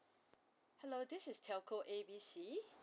hello this is telco A B C